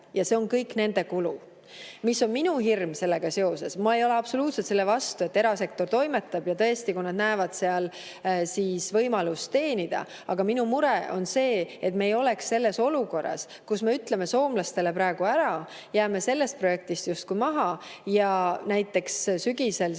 Ja see on kõik nende kulu. Mis on minu hirm sellega seoses? Ma ei ole absoluutselt selle vastu, et erasektor toimetab, tõesti, kui nad näevad seal võimalust teenida. Aga minu mure on see, et me ei oleks selles olukorras, kus me ütleme soomlastele praegu ära, jääme sellest projektist justkui maha, ja siis näiteks sügisel